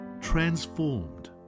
transformed